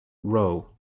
rowe